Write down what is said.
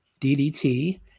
DDT